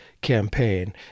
campaign